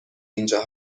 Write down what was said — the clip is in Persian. اینجا